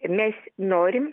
mes norim